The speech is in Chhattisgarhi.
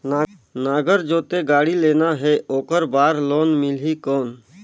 नागर जोते गाड़ी लेना हे ओकर बार लोन मिलही कौन?